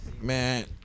Man